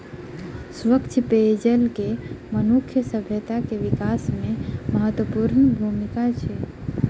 स्वच्छ पेयजल के मनुखक सभ्यता के विकास में महत्वपूर्ण भूमिका अछि